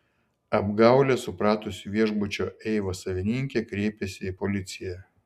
apgaulę supratusi viešbučio eiva savininkė kreipėsi į policiją